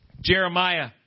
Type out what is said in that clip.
Jeremiah